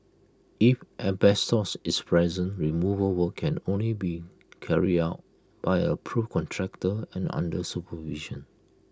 if asbestos is present removal work can only be carried out by an approved contractor and under supervision